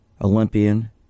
Olympian